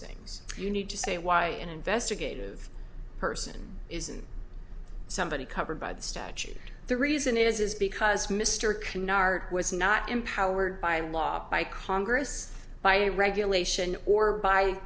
things you need to say why an investigative person isn't somebody covered by the statute the reason is is because mr canard was not empowered by law by congress by regulation or by